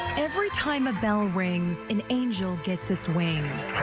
every time a bell rings an angel gets its wings.